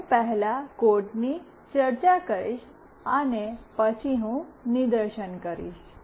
હું પહેલા કોડની ચર્ચા કરીશ અને પછી હું નિદર્શન કરીશ